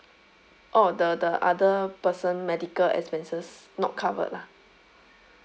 oh the the other person medical expenses not covered lah